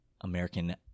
American